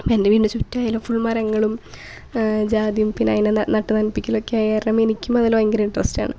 ഇപ്പോൾ എൻ്റെ വീടിൻ്റെ ചുറ്റുവായാലും ഫുൾ മരങ്ങളും ജാതിയും പിന്നെ അതിനെ നട്ടുനനപ്പിക്കലൊക്കെ ആയ കാരണം എനിക്കും അതില് ഭയങ്കര ഇൻട്രസ്റ് ആണ്